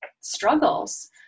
struggles